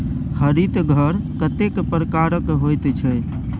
हरित घर कतेक प्रकारक होइत छै?